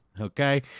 okay